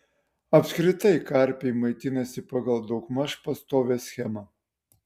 apskritai karpiai maitinasi pagal daugmaž pastovią schemą